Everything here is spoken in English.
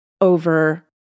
over